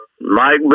Mike